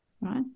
right